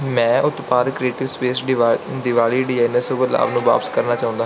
ਮੈਂ ਉਤਪਾਦ creative space Diwali designer Shubh Labh ਨੂੰ ਵਾਪਸ ਕਰਨਾ ਚਾਹੁੰਦਾ ਹਾਂ